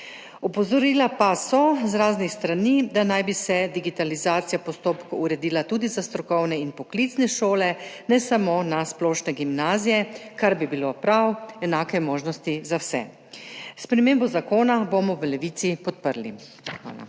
Opozorila pa so z raznih strani, da naj bi se digitalizacija postopkov uredila tudi za strokovne in poklicne šole, ne samo za splošne gimnazije, kar bi bilo prav, enake možnosti za vse. Spremembo zakona bomo v Levici podprli.